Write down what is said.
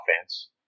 offense